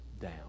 down